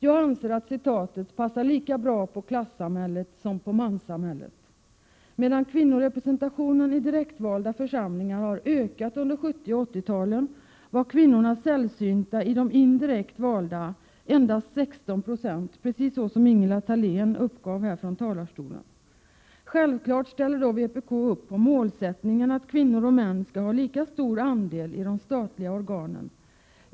Jag anser att citatet passar lika bra på klassamhället som på manssamhället. Medan kvinnorepresentationen i direktvalda församlingar har ökat under 70 och 80-talen var kvinnorna sällsynta i de indirekt valda, endast 16 20 — precis så som Ingela Thalén uppgav från talarstolen. Självfallet ställer vpk upp på målsättningen att kvinnor och män skall ha lika stor andel i de statliga organen.